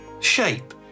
shape